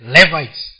Levites